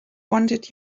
wanted